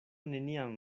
neniam